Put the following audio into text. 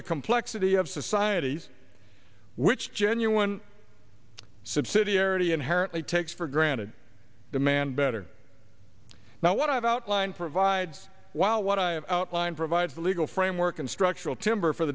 the complexity of societies which genuine subsidiarity inherently takes for granted demand better now what i've outlined provides while what i've outlined provides a legal framework and structural timber for